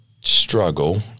struggle